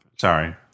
Sorry